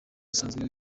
usanzwe